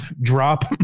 drop